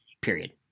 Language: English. Period